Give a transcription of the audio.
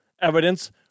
evidence